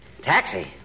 Taxi